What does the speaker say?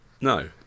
No